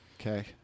Okay